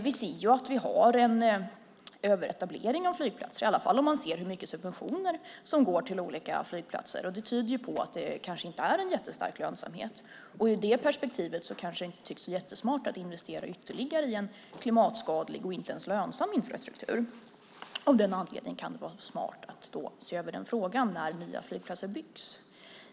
Vi ser att vi har en överetablering av flygplatser, i alla fall om man ser hur mycket subventioner som går till olika flygplatser. Detta tyder på att det kanske inte är en jättestark lönsamhet. Ur det perspektivet tycks det inte jättesmart att investera ytterligare i en klimatskadlig och inte ens lönsam infrastruktur. Av den anledningen kan det vara smart att se över den frågan när nya flygplatser byggs.